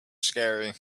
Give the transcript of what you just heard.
scary